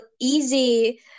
easy